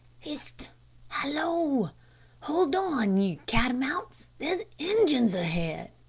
hist hallo hold on, ye cat-a-mounts! there's injuns ahead!